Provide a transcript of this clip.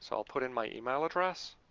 so i'll put in my email address.